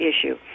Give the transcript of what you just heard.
issue